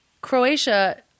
Croatia